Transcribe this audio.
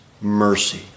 mercy